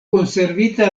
konservita